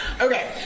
Okay